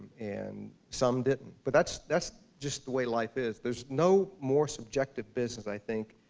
and some didn't, but that's that's just the way life is. there's no more subjective business, i think,